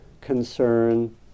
concern